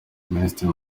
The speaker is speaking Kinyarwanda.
minisitiri